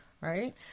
Right